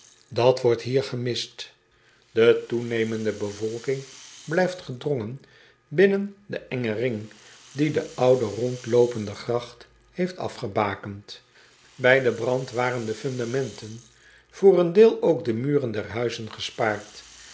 at wordt hier gemist e toenemende bevolking blijft gedrongen binnen den engen kring dien de oude rondloopende gracht heeft afgebakend ij den brand waren de fundamenten voor een deel ook de muren der huizen gespaard